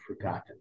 forgotten